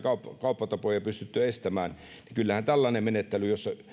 kauppatapoja pystytty estämään ja kyllähän tällainen menettely jossa